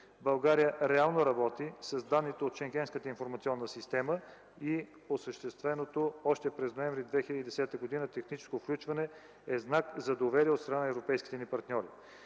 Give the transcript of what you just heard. България реално работи с данните от Шенгенската информационна система и осъщественото още през м. ноември 2010 г. техническо включване е знак за доверие от страна на европейските ни партньори.